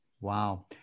Wow